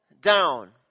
down